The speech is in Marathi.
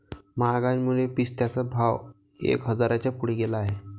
महागाईमुळे पिस्त्याचा भाव एक हजाराच्या पुढे गेला आहे